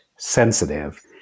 sensitive